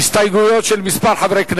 אנחנו ממשיכים בסדר-היום,